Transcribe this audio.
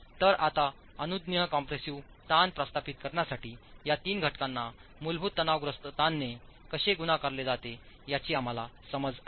तर आता अनुज्ञेय कॉम्प्रेसिव्ह ताण प्रस्थापित करण्यासाठी या तीन घटकांना मूलभूत तणावग्रस्त ताणाने कसे गुणाकारले जाते याची आम्हाला समज आहे